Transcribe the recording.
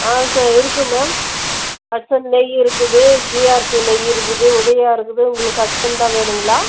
ஆ so இருக்குது ma'am Hatsun நெய் இருக்குது ஜீஆர்பி நெய் இருக்குது உதயா இருக்குது உங்களுக்கு ஹட்ஸன் தான் வேணுங்களா